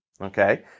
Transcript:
okay